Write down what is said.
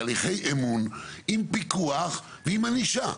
תהליכי אמון עם פיקוח ועם ענישה,